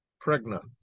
Pregnant